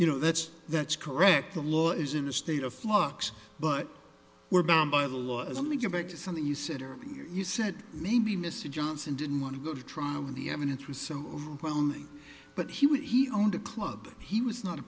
you know that's that's correct the law is in a state of flux but we're bound by the law and we get back to something you said earlier you said maybe mr johnson didn't want to go to trial and the evidence was so overwhelming but he would he owned a club he was not a